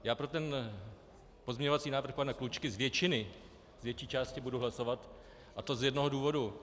Já pro ten pozměňovací návrh pana Klučky z většiny, z větší části budu hlasovat, a to z jednoho důvodu.